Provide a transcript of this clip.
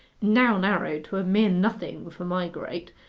now narrowed to a mere nothing for my grate,